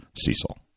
Cecil